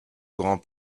grand